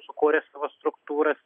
sukūrė savo struktūras